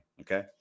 Okay